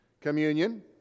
Communion